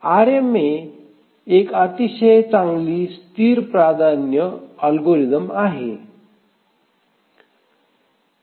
RMA एक अतिशय चांगली स्थिर प्राधान्य अल्गोरिदम आहे